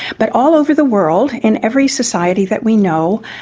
but all over the world in every society that we know,